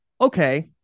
okay